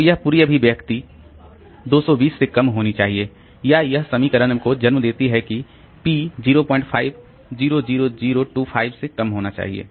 तो यह पूरी अभिव्यक्ति 220 से कम होनी चाहिए या यह समीकरण को जन्म देती है कि p 05 000025 से कम होना चाहिए